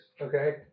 okay